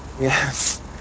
Yes